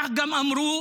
כך גם אמרו